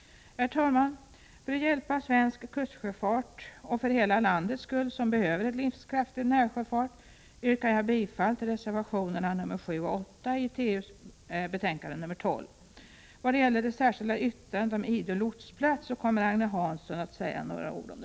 Herr talman! För att hjälpa svensk kustsjöfart och för hela landets skull, som behöver en livskraftig närsjöfart, yrkar jag bifall till reservationerna nr 7 och 8 i trafikutskottets betänkande nr 12. Angående det särskilda yttrandet om Idös lotsplats kommer Agne Hansson att säga några ord.